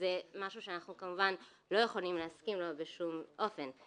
שזה משהו שאנחנו כמובן לא יכולים להסכים לו בשום אופן.